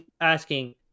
asking